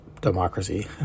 democracy